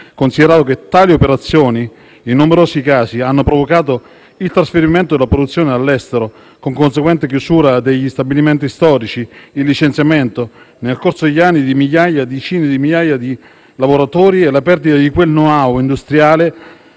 all'estero e tali operazioni, in numerosi casi, hanno provocato il trasferimento della produzione all'estero, con conseguente chiusura degli stabilimenti storici, il licenziamento, nel corso degli anni, di decine di migliaia di lavoratori e la perdita di quel *know how* industriale